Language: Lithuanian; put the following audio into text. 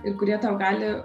ir kurie tau gali